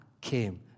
came